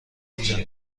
بودم